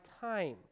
time